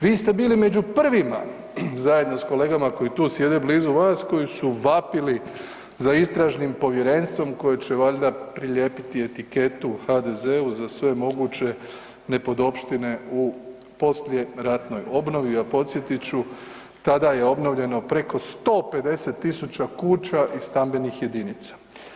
Vi ste bili među prvima zajedno s kolegama koji tu sjede blizu vas koji su vapili za istražnim povjerenstvom koje će valjda prilijepiti etiketu HDZ-u za sve moguće nepodopštine u poslijeratnoj obnovi, a podsjetit ću tada je obnovljeno preko 150.000 kuća i stambenih jedinica.